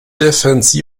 defence